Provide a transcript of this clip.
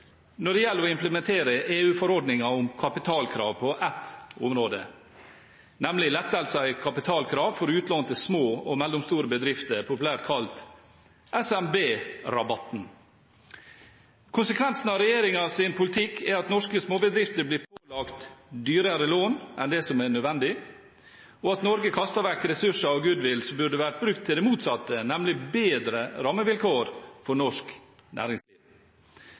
når det gjelder å implementere EU-forordningen om kapitalkrav på ett område, nemlig lettelser i kapitalkrav for utlån til små og mellomstore bedrifter, populært kalt SMB-rabatten. Konsekvensen av regjeringens politikk er at norske småbedrifter blir pålagt dyrere lån enn det som er nødvendig, og at Norge kaster vekk ressurser og goodwill som burde vært brukt på det motsatte, nemlig bedre rammevilkår for norsk næringsliv.